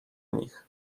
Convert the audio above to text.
nich